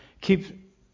keep